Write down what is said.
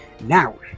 Now